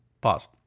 Pause